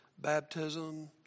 baptism